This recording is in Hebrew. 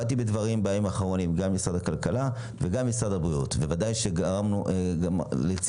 בימים האחרונים באתי בדברים גם עם משרד הבריאות וגם עם משרד הכלכלה.